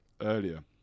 earlier